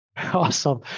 Awesome